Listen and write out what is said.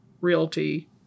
Realty